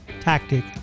tactic